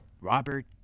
Robert